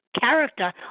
character